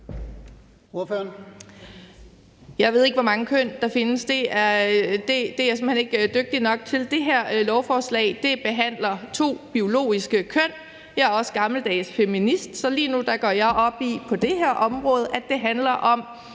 Jeg ved ikke, hvor mange køn der findes; det er jeg simpelt hen ikke dygtig nok til. Det her lovforslag behandler to biologiske køn. Jeg er også gammeldags feminist, så lige nu går jeg på det her område op i, at det handler om,